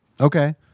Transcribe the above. Okay